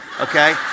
Okay